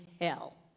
hell